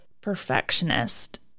perfectionist